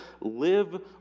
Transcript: live